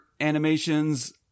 animations